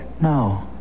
No